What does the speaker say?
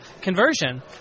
conversion